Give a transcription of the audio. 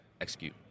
execute